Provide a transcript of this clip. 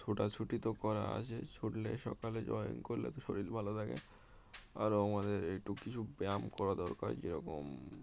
ছোটাছুটি তো করা আছে ছুটলে সকালে জগিং করলে তো শরীর ভালো থাকে আরও আমাদের একটু কিছু ব্যায়াম করা দরকার যেরকম